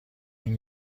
این